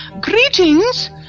Greetings